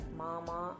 mama